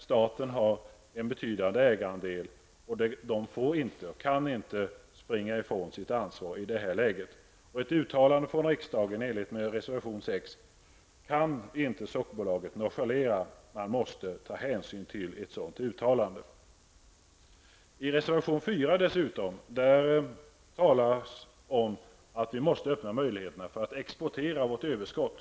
Staten har en betydande ägarandel och får inte och kan inte springa ifrån sitt ansvar i det här läget. Ett uttalande från riksdagen i enlighet med reservation 6 kan inte Sockerbolaget nonchalera. Man måste ta hänsyn till ett sådant uttalande. I reservation 4 talas det om att undersöka möjligheterna att exportera våra överskott.